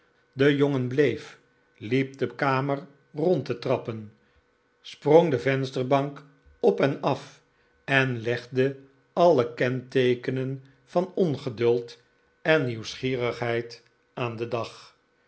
de jongen bleef liep de kamer rond te trappen sprong de vensterbank op en af en legde alle kenteekenen van ongeduld en nieuwsgierigheid aan den dag